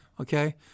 okay